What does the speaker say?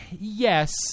Yes